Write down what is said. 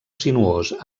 sinuós